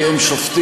כי הם שופטים,